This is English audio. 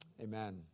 Amen